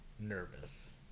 nervous